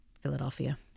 Philadelphia